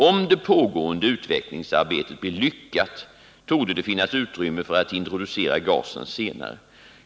Om det pågående utvecklingsarbetet blir lyckat, torde det finnas utrymme för att introducera gasen senare.